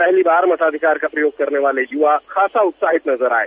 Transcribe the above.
पहली बार मताधिकार का प्रयोग करने वाले युवा खासा उत्साहित नजर आये